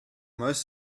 most